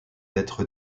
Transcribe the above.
être